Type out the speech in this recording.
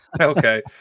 Okay